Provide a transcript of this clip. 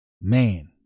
man